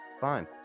Fine